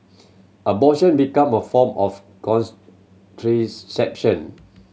abortion become a form of